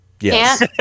Yes